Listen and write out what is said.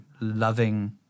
loving